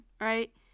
right